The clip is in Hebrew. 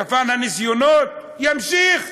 שפן הניסיונות ימשיך.